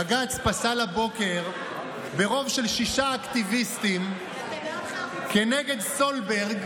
בג"ץ פסל הבוקר ברוב של שישה אקטיביסטים כנגד סולברג